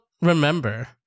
remember